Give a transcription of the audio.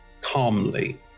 calmly